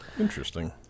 Interesting